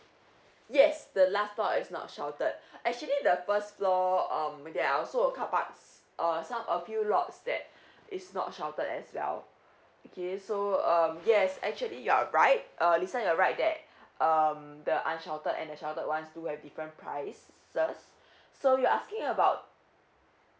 yes the last part is not sheltered actually the first floor um there are also carparks uh some a few blocks that it's not sheltered as well okay so um yes actually you're right uh lisa you're right that um the unsheltered and a sheltered one do have different prices so you're asking about